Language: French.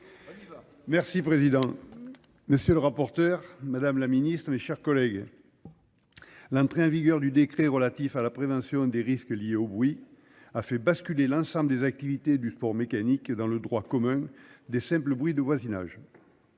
Merci Président. Monsieur le rapporteur, Madame la Ministre, mes chers collègues. L'entrée en vigueur du décret relatif à la prévention des risques liés au bruit a fait basculer l'ensemble des activités du sport mécanique dans le droit commun des simples bruits de voisinage.